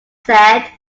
said